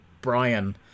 brian